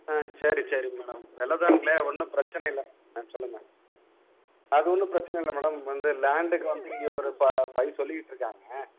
ஆ சரி சரி மேடம் விலை தானுங்களே ஒன்றும் பிரச்சின இல்லை ஆ சொல்லுங்கள் மேம் அது ஒன்றும் பிரச்சின இல்லை மேடம் வந்து லேண்டுக்கு வந்து இங்கே ஒரு ஃப ஃபைவ் சொல்லிகிட்ருக்காங்க